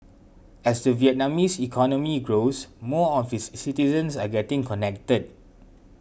as the Vietnamese economy grows more of its citizens are getting connected